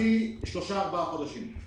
להערכתי שלושה-ארבעה חודשים.